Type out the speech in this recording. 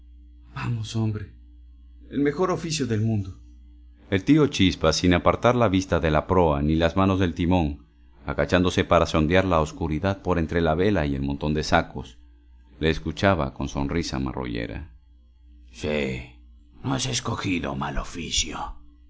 vamos hombre el mejor oficio del mundo el tío chispas sin apartar la vista de la proa ni las manos del timón agachándose para sondear la oscuridad por entre la vela y el montón de sacos le escuchaba con sonrisa marrullera sí no has escogido mal oficio